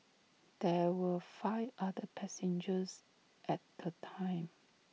there were five other passengers at the time